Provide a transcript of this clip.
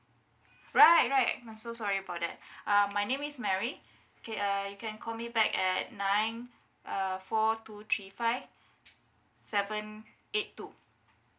right right I'm so sorry for that uh my name is mary K uh you can call me back at nine uh four two three five seven eight two